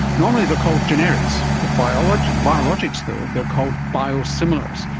normally they are called generics. with biologics biologics though they are called biosimilars,